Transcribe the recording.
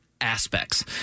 aspects